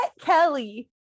kelly